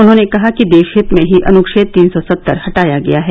उन्होंने कहा कि देशहित में ही अनुच्छेद तीन सौ सत्तर हटाया गया है